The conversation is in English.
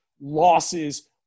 losses